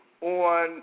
on